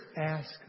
ask